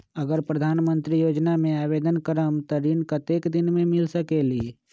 अगर प्रधानमंत्री योजना में आवेदन करम त ऋण कतेक दिन मे मिल सकेली?